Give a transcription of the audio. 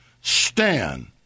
stand